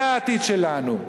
זה העתיד שלנו.